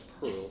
Pearl